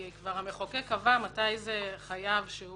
כי כבר המחוקק קבע מתי זה חייב שהוא